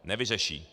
Nevyřeší.